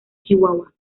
chihuahua